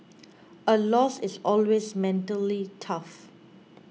a loss is always mentally tough